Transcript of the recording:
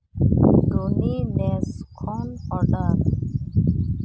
ᱰᱳᱱᱤᱱᱮᱥ ᱠᱷᱚᱱ ᱚᱰᱟᱨ